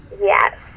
Yes